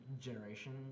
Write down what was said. generation